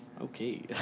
Okay